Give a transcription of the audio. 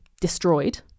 destroyed